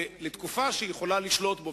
לתקופה שבה היא יכולה לשלוט בו,